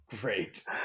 great